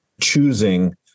choosing